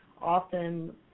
Often